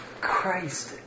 Christ